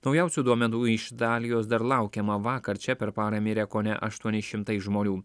naujausių duomenų iš italijos dar laukiama vakar čia per parą mirė kone aštuoni šimtai žmonių